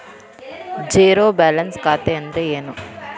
Zero balance ಖಾತೆ ಅಂದ್ರೆ ಏನು?